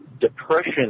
Depression